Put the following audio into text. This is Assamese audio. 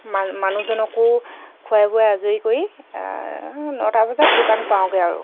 মানুহজনকো খুৱাই বোৱাই আজৰি কৰি নটা বজাত দোকান পাওঁগে আৰু